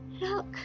Look